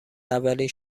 اولین